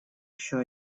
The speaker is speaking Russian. еще